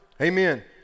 Amen